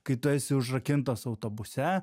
kai tu esi užrakintas autobuse